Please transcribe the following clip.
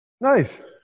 Nice